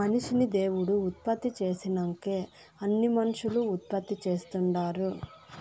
మనిషిని దేవుడు ఉత్పత్తి చేసినంకే అన్నీ మనుసులు ఉత్పత్తి చేస్తుండారు